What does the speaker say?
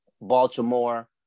Baltimore